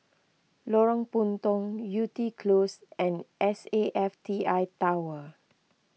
Lorong Puntong Yew Tee Close and S A F T I Tower